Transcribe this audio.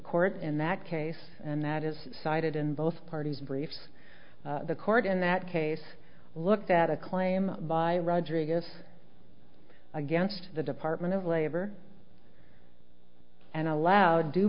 court in that case and that is cited in both parties briefs the court in that case looked at a claim by rodriguez against the department of labor and allow due